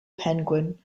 penguin